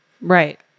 Right